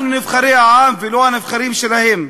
אנחנו נבחרי העם ולא הנבחרים שלהם.